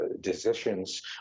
decisions